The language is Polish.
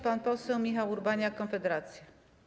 Pan poseł Michał Urbaniak, Konfederacja.